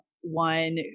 one